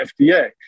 FDA